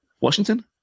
Washington